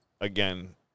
again